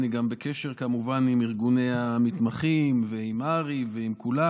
אני גם בקשר כמובן עם ארגוני המתמחים ועם הר"י ועם כולם,